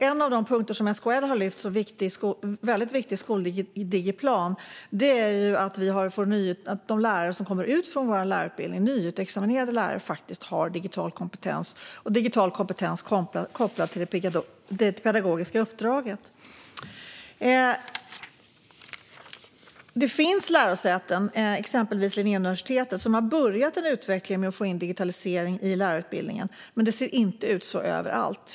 En av de punkter som SKL har lyft som väldigt viktig i skoldigiplanen är att de nyutexaminerade lärare som kommer ut från våra lärarutbildningar faktiskt har digital kompetens kopplad till det pedagogiska uppdraget. Det finns lärosäten, exempelvis Linnéuniversitetet, som har påbörjat en utveckling med att få in digitalisering i lärarutbildningen, men det ser inte ut så överallt.